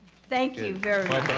thank you very